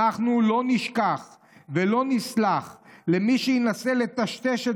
אנחנו לא נשכח ולא נסלח למי שינסה לטשטש את